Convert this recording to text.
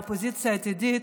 האופוזיציה העתידית,